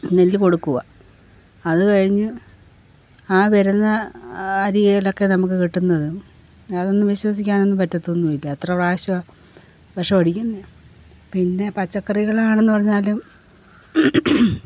നെല്ല് കൊടുക്കുകയാ അത് കഴിഞ്ഞ് ആ വരുന്ന അരിയിലൊക്കെ നമുക്ക് കിട്ടുന്നതും അതൊന്നും വിശ്വസിക്കാനൊന്നും പറ്റത്തൊന്നും ഇല്ല എത്ര പ്രാവശ്യമാ വിഷം അടിക്കുന്നത് പിന്നെ പച്ചക്കറികളാണെന്ന് പറഞ്ഞാലും